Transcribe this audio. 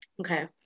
Okay